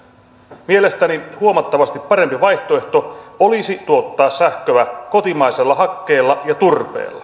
mielestäni huomattavasti parempi vaihtoehto olisi tuottaa sähköä kotimaisella hakkeella ja turpeella